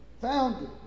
founded